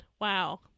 Wow